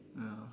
ya